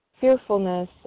fearfulness